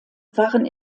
waren